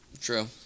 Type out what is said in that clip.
true